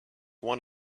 one